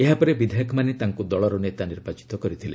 ଏହାପରେ ବିଧାୟକମାନେ ତାଙ୍କୁ ଦଳର ନେତା ନିର୍ବାଚିତ କରିଥିଲେ